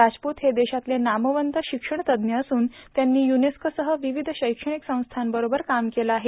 राजपूत हे देशातले नामवंत शिक्षणतज्ञ असून त्यांनी युनेस्कोसह विविध शैक्षणिक संस्थांबरोबर काम केलं आहे